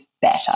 better